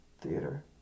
Theater